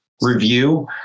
review